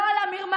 לא על המרמה,